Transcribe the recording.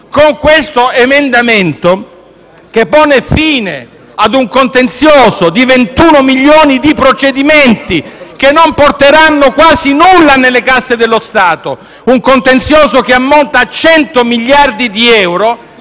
Questo emendamento, che pone fine a un contenzioso di 21 milioni di procedimenti che non porteranno quasi nulla nelle casse dello Stato, un contenzioso che ammonta a 100 miliardi di euro,